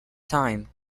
time